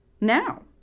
now